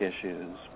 issues